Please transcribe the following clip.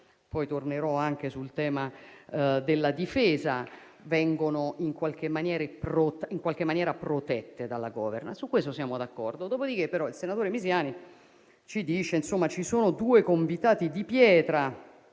(poi tornerò anche sul tema della difesa), che vengono in qualche maniera protette dalla *governance*. Su questo siamo d'accordo. Dopodiché, però, il senatore Misiani ci dice che ci sono due convitati di pietra